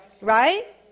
Right